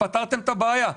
וכך פתרתם את הבעיה.